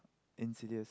Insidious